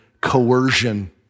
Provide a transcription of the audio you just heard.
coercion